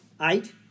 Eight